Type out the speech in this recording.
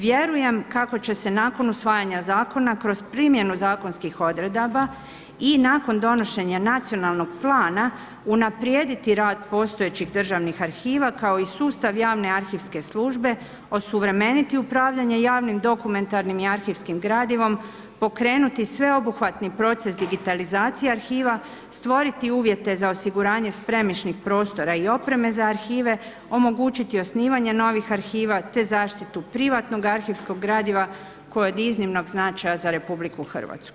Vjerujem kako će se nakon usvajanje zakona kroz primjenu zakonskih odredaba i nakon donošenja nacionalnog plana, unaprijediti rad postojećih državnih arhiva kao i sustav javne arhivske službe, osuvremeniti upravljanje javnim dokumentarnim i arhivskim gradivom, pokrenuti sveobuhvatni proces digitalizacije arhiva, stvoriti uvjete za osiguranje spremišnih prostora i opreme za arhive, omogućiti osnivanje novih arhiva te zaštitu privatnog arhivskog gradiva koje je od iznimnog značaja za RH.